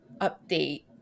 update